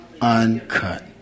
uncut